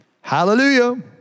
Hallelujah